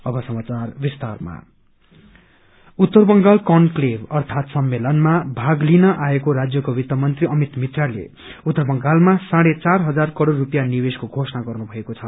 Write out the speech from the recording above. investment उत्तर Bengal conclave अर्थात सम्मेलनमा भाग लिन आएको राज्यको वित्त मंत्री अमित मित्राले उत्तर बंगालामा साढ़े चार हजार करोड़ रूपिसयँ निवेशको घोषणा गर्नुभएको छ